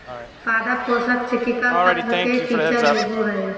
पादप पोषक चिकिकल तत्व के किचर होबो हइ